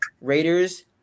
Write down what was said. Raiders